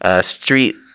street